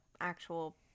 actual